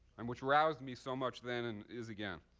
and which roused me so much then and is again.